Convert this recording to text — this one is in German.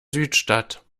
südstadt